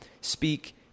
speak